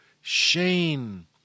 Shane